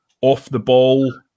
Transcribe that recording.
off-the-ball